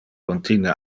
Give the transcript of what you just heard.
contine